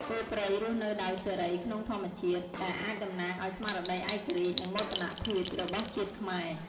គោព្រៃរស់នៅដោយសេរីក្នុងធម្មជាតិ ដែលអាចតំណាងឲ្យស្មារតីឯករាជ្យ និងមោទនភាពរបស់ជាតិខ្មែរ។